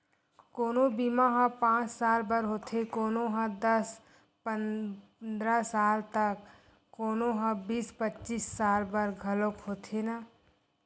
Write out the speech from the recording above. कोनो बीमा ह पाँच साल बर होथे, कोनो ह दस पंदरा साल त कोनो ह बीस पचीस साल बर घलोक होथे न